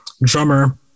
drummer